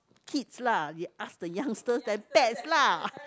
kids lah they ask the youngsters then pets lah